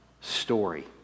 story